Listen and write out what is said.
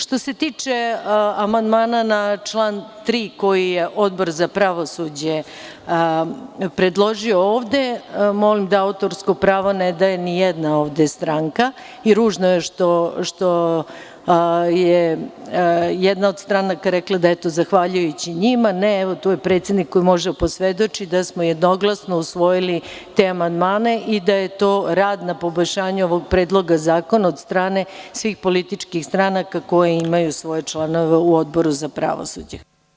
Što se tiče amandmana na član 3. koji je Odbor za pravosuđe predložio ovde, molim da autorsko pravo ne daje ni jedna ovde stranka, i ružno je što je jedna od stranaka rekla da, eto zahvaljujući njima, ne, evo, tu je predsednik koji može da posvedoči da smo jednoglasno usvojili te amandmane i da je to rad na poboljšanju ovog predloga zakona od strane svih političkih stranaka koje imaju svoje članove u Odboru za pravosuđe.